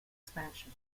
expansion